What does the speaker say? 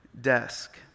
desk